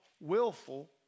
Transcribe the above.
willful